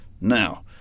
Now